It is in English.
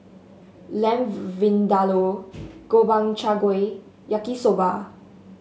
Lamb Vindaloo Gobchang Gui Yaki Soba